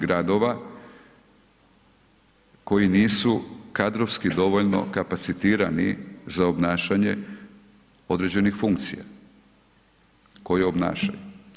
gradova, koji nisu kadrovski dovoljno kapacitirani, za obnašanje određenih funkcija, koje obnašaju.